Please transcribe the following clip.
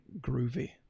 groovy